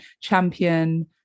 champion